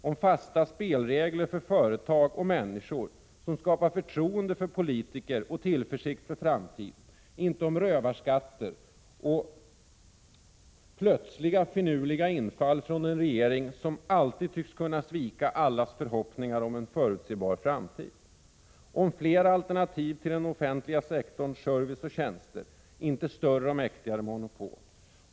Om fasta spelregler för företag och människor, som skapar förtroende för politiker och tillförsikt inför framtiden — inte om rövarskatter och plötsliga finurliga infall från en regering som alltid tycks kunna svika allas förhoppningar om en förutsebar framtid. Om fler alternativ till den offentliga sektorns service och tjänster — inte större och mäktigare monopol.